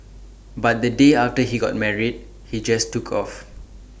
but the day after he got married he just took off